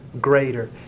greater